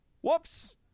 whoops